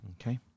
Okay